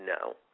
no